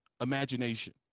imagination